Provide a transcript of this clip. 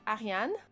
Ariane